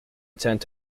returned